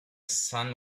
sun